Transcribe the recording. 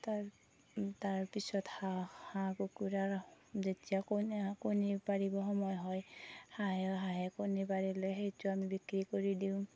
তাৰ তাৰ পিছত হাঁহ কুকুৰাৰ যেতিয়া কণী কণী পাৰিব সময় হয় হাঁহে হাঁহে কণী পাৰিলে সেইটো আমি বিক্ৰী কৰি দিওঁ